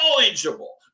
knowledgeable